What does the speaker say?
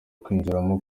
kwinjiramo